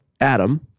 Adam